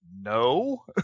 no